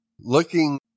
looking